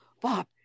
Bob